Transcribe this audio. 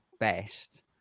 best